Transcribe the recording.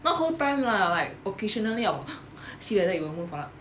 not whole time lah like occasionally I'll see whether it will move up